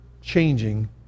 changing